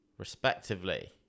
respectively